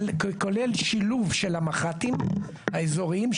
כולל שילוב של המח"טים האזוריים,